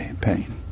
pain